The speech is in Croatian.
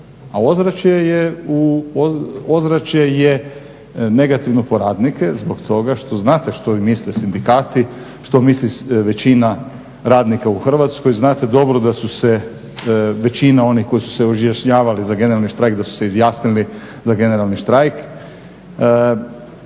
a ozračje je negativno po radnike zbog toga što znate što misle sindikati, što misli većina radnika u Hrvatskoj. Znate dobro da su se većina onih koji su se izjašnjavali za generalni štrajk da su se izjasnili za generalni štrajk.